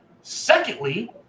Secondly